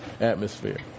atmosphere